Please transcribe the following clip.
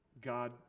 God